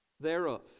thereof